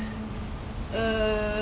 !wah! do you know like